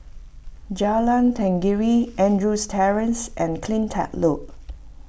Jalan Tenggiri Andrews Terrace and CleanTech Loop